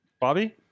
Bobby